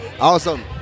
awesome